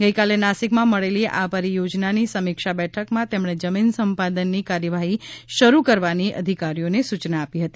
ગઇકાલે નાસિકમાં મળેલી આ પરિયોજનાની સમીક્ષા બેઠકમાં તેમણે જમીન સંપાદનની કાર્યવાહી શરૂ કરવાની અધિકારીઓને સૂચના આપી હતી